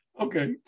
Okay